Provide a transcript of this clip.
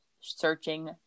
searching